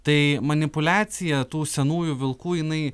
tai manipuliacija tų senųjų vilkų jinai